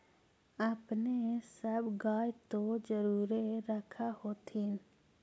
अपने सब गाय तो जरुरे रख होत्थिन?